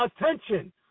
attention